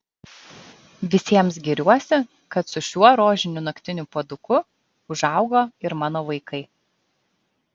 visiems giriuosi kad su šiuo rožiniu naktiniu puoduku užaugo ir mano vaikai